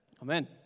Amen